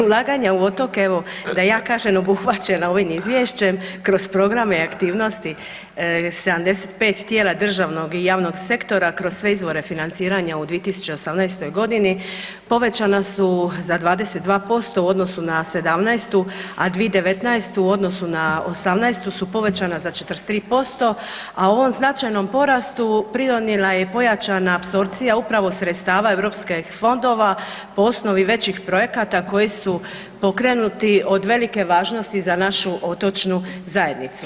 Ulaganje u otoke da ja kažem obuhvaćeno ovim izvješćem kroz programe i aktivnosti 75 tijela državnog i javnog sektora, kroz sve izvore financiranja u 2018.g., povećana su za 22% u odnosu na '17., a 2019. u odnosu na 2018. su povećana za 43%, a o ovom značajnom porastu pridonijela je pojačana apsorpcija upravo sredstava europskih fondova po osnovi većih projekata koji su pokrenuti od velike važnosti za našu otočnu zajednicu.